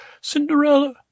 Cinderella